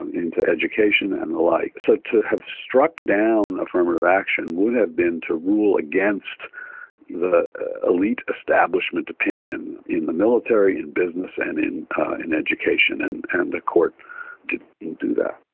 ah into education and the like. so to have struck down affirmative action would have been to rule against the elite establishment opinion in the military, in business and in in education. and and the court didn't do that.